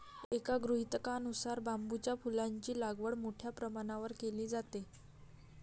एका गृहीतकानुसार बांबूच्या फुलांची लागवड मोठ्या प्रमाणावर केली जाते